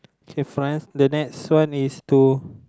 say France the next one is to